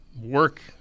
work